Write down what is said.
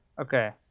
Okay